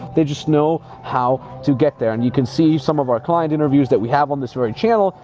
they just know how to get there and you can see some of our client interviews that we have on the storage channel,